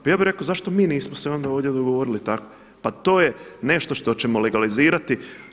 Pa ja bih rekao zašto se mi nismo onda ovdje dogovorili tako, pa to je nešto što ćemo legalizirati.